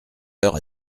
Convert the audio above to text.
heures